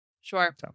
Sure